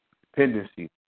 Dependency